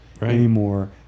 anymore